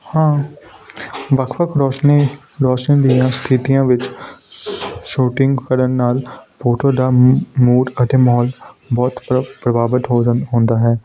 ਹਾਂ ਵੱਖ ਵੱਖ ਰੋਸ਼ਨੀ ਰੋਸ਼ਨ ਦੀਆਂ ਸਥਿਤੀਆਂ ਵਿੱਚ ਸ਼ੂਟਿੰਗ ਕਰਨ ਨਾਲ ਫੋਟੋ ਦਾ ਮੂਡ ਅਤੇ ਮਹੌਲ ਬਹੁਤ ਪ੍ਰਾ ਪ੍ਰਭਾਵਿਤ ਹੋ ਜਾਂਦਾ ਹੁੰਦਾ ਹੈ